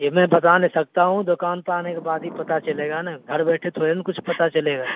یہ میں بتا نہیں سکتا ہوں دکان پہ آنے کے بعد ہی پتا چلے گا نا گھر بیٹھے تھوری نا کچھ پتا چلے گا